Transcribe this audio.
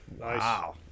wow